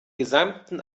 gesamten